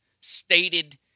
stated